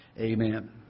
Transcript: Amen